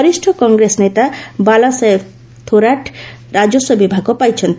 ବରିଷ କଂଗ୍ରେସ ନେତା ବାଲାସାହେବ ଥୋରାଟ୍ ରାଜସ୍କ ବିଭାଗ ପାଇଛନ୍ତି